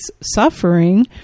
suffering